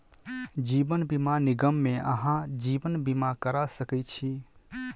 जीवन बीमा निगम मे अहाँ जीवन बीमा करा सकै छी